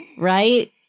right